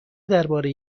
درباره